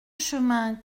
chemin